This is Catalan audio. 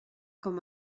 com